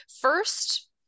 First